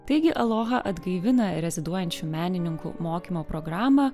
taigi aloha atgaivina reziduojančių menininkų mokymo programą